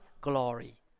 glory